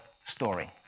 story